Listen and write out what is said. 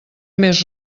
més